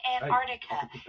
Antarctica